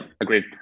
agreed